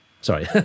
Sorry